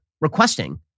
requesting